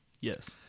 Yes